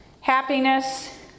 happiness